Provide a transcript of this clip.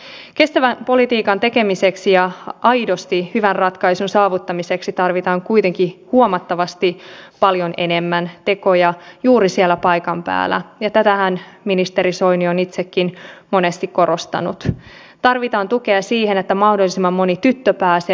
pitää tietysti paikkansa että esimerkiksi japani on ollut jo vuosia hyvin vaikeassa taloudellisessa tilanteessa on eräänlainen paperitiikeri tällä hetkellä taloudellisesti mutta kuitenkin kiinan kaltaiset maat vetävät edelleen maailmantaloutta ja uskon että se tässä vahvasti jatkuu